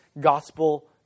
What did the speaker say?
gospel